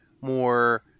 more